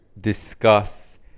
discuss